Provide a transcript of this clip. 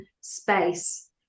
space